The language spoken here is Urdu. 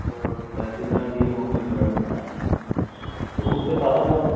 تو تحصیل دار ڈی ایم آفس میں بیٹھتا ہے تو اس کے پاس ہمیں